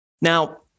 Now